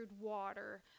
water